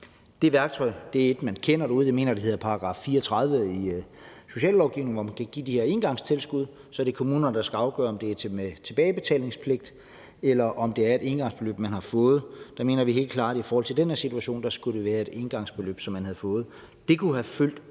Det værktøj er et værktøj, man kender derude, og jeg mener, det er efter § 34 i sociallovgivningen, at man kan give de her engangstilskud, så det er kommunerne, der skal afgøre, om det er med tilbagebetalingspligt, eller om det er et engangsbeløb, man har fået. Der mener vi helt klart i forhold til den her situation, at der skulle det være et engangsbeløb, som man havde fået. Det kunne have fyldt